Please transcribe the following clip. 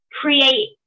create